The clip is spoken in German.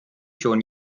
schon